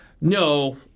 No